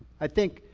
i think,